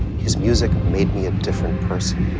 his music made me a different person.